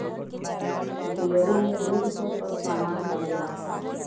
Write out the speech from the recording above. dairy में दूध क सब सामान बनेला